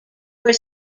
were